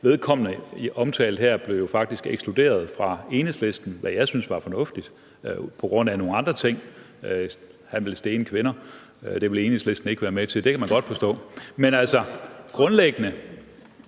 Vedkommende, som jeg omtalte her, blev faktisk ekskluderet fra Enhedslisten, hvilket jeg synes er fornuftigt; det var på grund af nogle andre ting – han ville stene kvinder, og det ville Enhedslisten ikke være med til, og det kan man godt forstå. Men skal vi grundlæggende